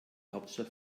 hauptstadt